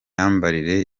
muri